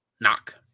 Knock